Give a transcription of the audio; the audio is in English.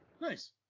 Nice